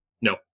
No